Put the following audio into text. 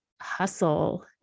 hustle